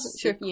sure